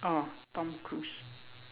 oh Tom Cruise